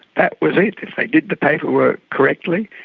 that was it. if they did the paperwork correctly,